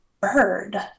bird